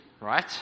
Right